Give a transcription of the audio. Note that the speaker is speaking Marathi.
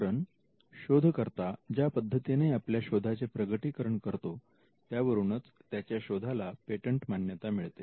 कारण शोधकर्ता ज्या पद्धतीने आपल्या शोधाचे प्रगटीकरण करतो त्यावरूनच त्याच्या शोधाला पेटंट मान्यता मिळते